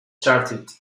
started